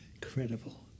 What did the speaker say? Incredible